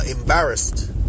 embarrassed